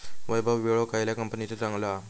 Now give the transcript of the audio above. वैभव विळो खयल्या कंपनीचो चांगलो हा?